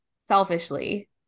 selfishly